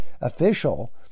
official